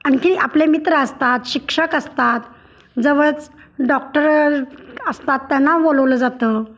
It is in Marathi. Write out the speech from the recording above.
आणखी आपले मित्र असतात शिक्षक असतात जवळच डॉक्टर असतात त्यांना बोलवलं जातं